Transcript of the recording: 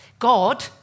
God